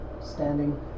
standing